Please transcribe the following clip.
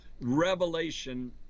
revelation